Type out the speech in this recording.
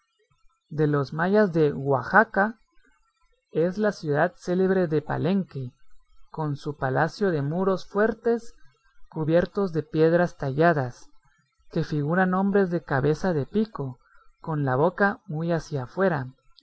de los mayas de oaxaca es la ciudad célebre de palenque con su palacio de muros fuertes cubiertos de piedras talladas que figuran hombres de cabeza de pico con la boca muy hacia afuera